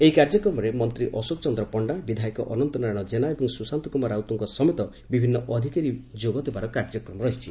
ଏହି କାର୍ଯ୍ୟକ୍ରମରେ ମନ୍ତୀ ଅଶୋକ ଚନ୍ଦ୍ର ପଶ୍ତା ବିଧାୟକ ଅନନ୍ତ ନାରାୟଣ ଜେନା ଏବଂ ସ୍ବଶାନ୍ତ କୁମାର ରାଉତଙ୍ଙ ସମେତ ବିଭିନ୍ ଅଧିକାରୀ ଯୋଗଦେବାର କାର୍ଯ୍ୟକ୍ରମ ରହିଛି